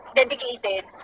dedicated